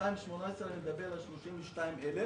ב-2018 אני מדבר על 32 אלף.